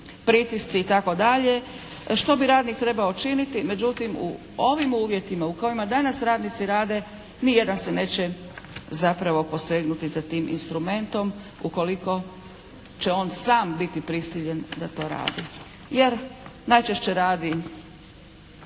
pritisci itd., što bi radnik trebao činiti. Međutim u ovim uvjetima u kojima danas radnici rade, ni jedan se neće zapravo posegnuti za tim instrumentom ukoliko će on sam biti prisiljen da to radi, jer najčešće radi